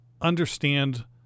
understand